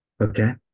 Okay